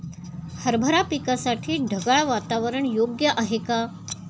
हरभरा पिकासाठी ढगाळ वातावरण योग्य आहे का?